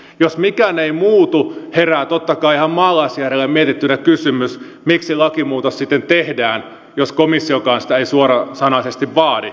jos mikään ei muutu herää totta kai ihan maalaisjärjellä mietittynä kysymys miksi lakimuutos sitten tehdään jos komissiokaan sitä ei suorasanaisesti vaadi